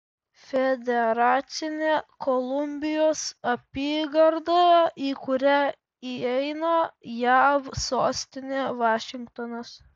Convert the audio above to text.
federacinė kolumbijos apygarda į kurią įeina jav sostinė vašingtonas